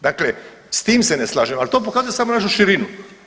Dakle, s tim se ne slažem ali to pokazuje samo našu širinu.